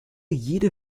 jede